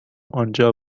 آنجا